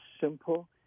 simple